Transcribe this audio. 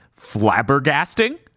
flabbergasting